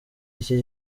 iki